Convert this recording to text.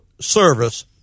service